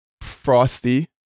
frosty